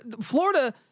Florida